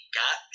got